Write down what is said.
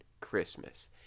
Christmas